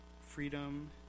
freedom